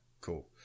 cool